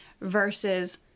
versus